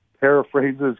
paraphrases